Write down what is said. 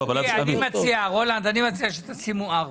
תראה אני מציע רולנד, אני מציע שתשימו 4